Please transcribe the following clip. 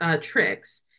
tricks